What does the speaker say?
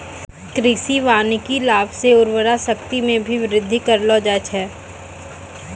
कृषि वानिकी लाभ से उर्वरा शक्ति मे भी बृद्धि करलो जाय छै